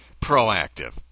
proactive